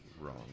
wrong